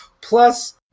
Plus